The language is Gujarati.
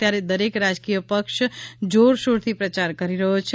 ત્યારે દરેક રાજકીય પક્ષ જોરશોરથી પ્રયાર કરી રહ્યો છે